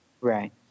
Right